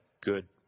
good